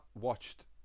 watched